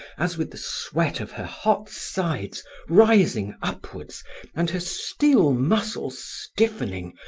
as, with the sweat of her hot sides rising upwards and her steel muscles stiffening,